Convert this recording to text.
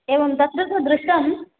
एवं तत्र तु दृष्टं